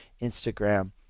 Instagram